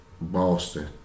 Boston